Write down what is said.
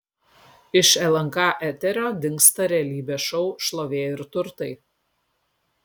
iš lnk eterio dingsta realybės šou šlovė ir turtai